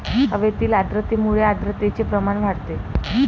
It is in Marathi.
हवेतील आर्द्रतेमुळे आर्द्रतेचे प्रमाण वाढते